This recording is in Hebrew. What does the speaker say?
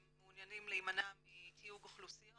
הם מעוניינים להימנע מתיוג אוכלוסיות